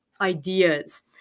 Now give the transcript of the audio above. ideas